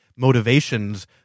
Motivations